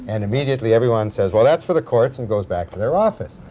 and immediately everyone says, well, that's for the courts, and goes back to their office.